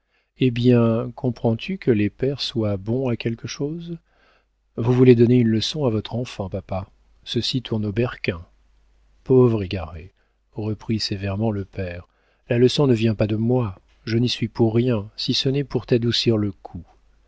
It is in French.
eh bien comprends-tu que les pères soient bons à quelque chose vous voulez donner une leçon à votre enfant papa ceci tourne au berquin pauvre égarée reprit sévèrement le père la leçon ne vient pas de moi je n'y suis pour rien si ce n'est pour t'adoucir le coup